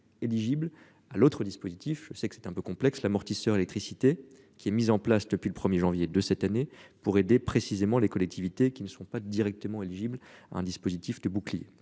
à l'autre dispositif, c'est que c'était un peu complexe l'amortisseur électricité qui est mis en place depuis le 1er janvier de cette année pour aider précisément les collectivités qui ne sont pas directement éligibles à un dispositif de bouclier